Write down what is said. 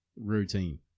routine